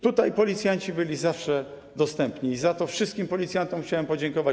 Tutaj policjanci byli zawsze dostępni i za to wszystkim policjantom chciałem podziękować.